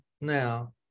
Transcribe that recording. now